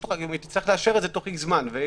תצטרך לאשר את זה תוך זמן מסוים אם